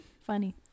funny